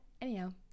anyhow